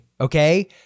okay